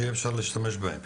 כדי שיהיה אפשר להשתמש בהם.